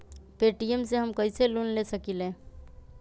Paytm से हम कईसे लोन ले सकीले?